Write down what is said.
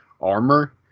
armor